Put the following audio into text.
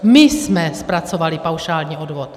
My jsme zpracovali paušální odvod.